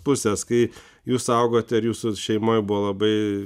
pusės kai jūs augot ar jūsų šeimoj buvo labai